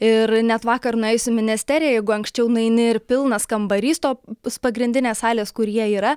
ir net vakar nuėjus į ministeriją jeigu anksčiau nueini ir pilnas kambarys tos pagrindinės salės kur jie yra